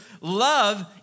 love